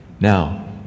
Now